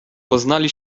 poznali